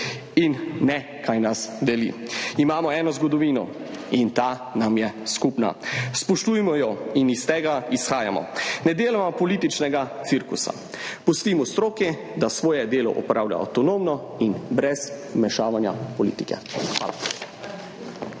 in ne, kaj nas deli. Imamo eno zgodovino in ta nam je skupna. Spoštujmo jo in iz tega izhajajmo. Ne delajmo političnega cirkusa, pustimo stroki, da svoje delo opravlja avtonomno in brez vmešavanja politike.